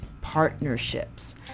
partnerships